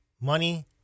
money